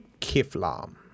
Kiflam